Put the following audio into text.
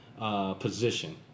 position